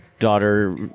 Daughter